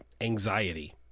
anxiety